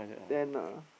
tent ah